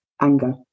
anger